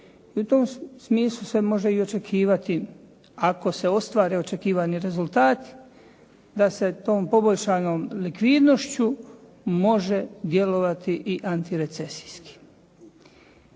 I u tom smislu se može i očekivati ako se ostvare očekivani rezultati da se tom poboljšanom likvidnošću može djelovati i antirecesijski.